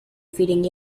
feeding